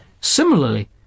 Similarly